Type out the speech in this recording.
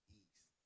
east